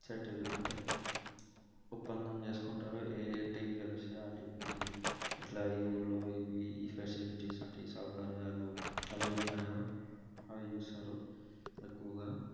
settle అంటే ఒప్పందం చేసుకుంటారు ఏ టీమ్ గెలిస్తే ఆ టీమ్కి ఇట్లా ఈ ఊళ్ళో ఇవి ఈ ఫెసిలిటీస్ ఉంటాయి ఈ సౌకర్యాలు అవి ఉంటాయో అవి చూస్తారు ఎక్కువుగా